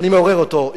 אני מעורר אותו.